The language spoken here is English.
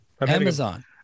Amazon